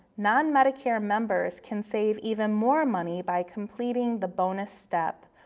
non-medicare members can save even more money by completing the bonus step.